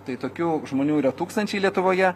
tai tokių žmonių yra tūkstančiai lietuvoje